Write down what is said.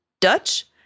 Dutch